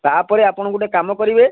ତାପରେ ଆପଣ ଗୋଟେ କାମ କରିବେ